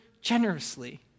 generously